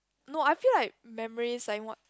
no I feel like memories and what